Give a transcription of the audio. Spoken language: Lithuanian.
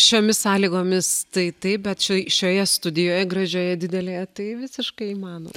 šiomis sąlygomis tai taip bet šio šioje studijoje gražioje didelėje tai visiškai įmanoma